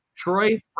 Troy